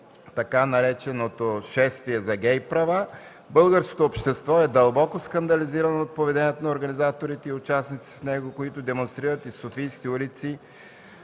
така нареченото „Шествие за гей права” българското общество е дълбоко скандализирано от поведението на организаторите и участниците в него, които демонстрират из софийски улици